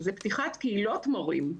זה פתיחת קהילות מורים,